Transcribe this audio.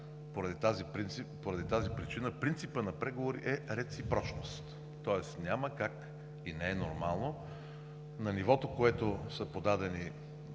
поради тази причина, че принципът на преговор е реципрочност. Тоест няма как и не е нормално на нивото, на което са подадени